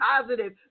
positive